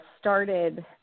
started